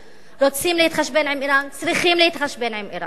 רוצים להתחשבן עם אירן, צריכים להתחשבן עם אירן.